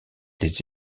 les